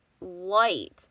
light